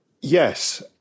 Yes